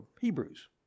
Hebrews